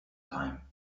time